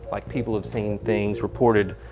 like people have seen things reported.